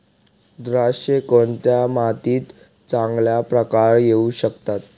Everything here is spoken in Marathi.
द्राक्षे कोणत्या मातीत चांगल्या प्रकारे येऊ शकतात?